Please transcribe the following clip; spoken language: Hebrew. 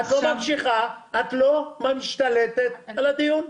את לא משתלטת על הדיון.